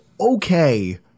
okay